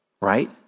right